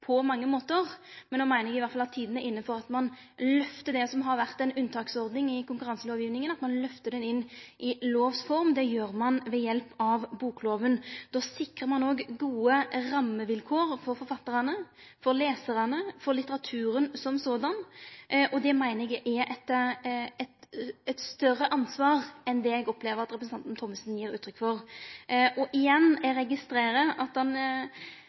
på mange måtar. Men nå meiner i alle fall eg at tida er inne for at ein løfter det som har vore ei unntaksordning i konkurranselovgivinga – at ein løfter ho inn i lovs form. Det gjer ein ved hjelp av bokloven. Då sikrar ein òg gode rammevilkår for forfattarane, for lesarane og såleis for litteraturen. Det meiner eg er eit større ansvar enn det eg opplever at representanten Thommessen gir uttrykk for. Igjen registrerer eg at han